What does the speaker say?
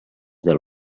del